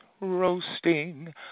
roasting